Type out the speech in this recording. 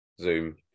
Zoom